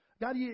God